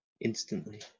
instantly